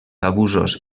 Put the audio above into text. abusos